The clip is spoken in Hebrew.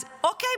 אז אוקיי,